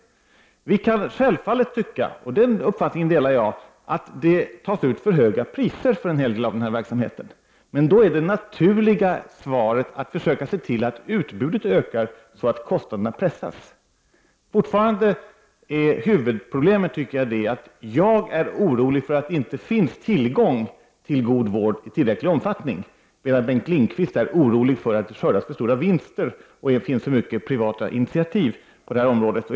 Vi kan självfallet tycka, och den uppfattningen delar jag, att det tas ut för höga priser för en hel del av denna verksamhet. Men då är det naturliga svaret att försöka se till att utbudet ökar, så att priserna pressas. Fortfarande är huvudproblemet, och jag oroar mig för det, att det inte finns tillgång till god vård i tillräcklig omfattning. Bengt Lindqvist är oroad för att det skördas för stora vinster och att det finns för många privata initiativ på det här området.